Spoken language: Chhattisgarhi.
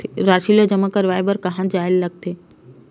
राशि ला जमा करवाय बर कहां जाए ला लगथे